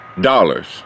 dollars